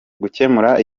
gukemura